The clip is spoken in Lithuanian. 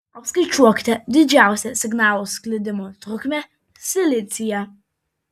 apskaičiuokite didžiausią signalo sklidimo trukmę silicyje